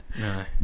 No